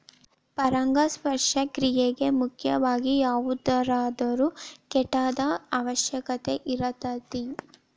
ಪರಾಗಸ್ಪರ್ಶ ಕ್ರಿಯೆಗೆ ಮುಖ್ಯವಾಗಿ ಯಾವುದಾದರು ಕೇಟದ ಅವಶ್ಯಕತೆ ಇರತತಿ